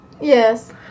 yes